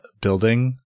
building